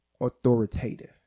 authoritative